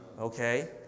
okay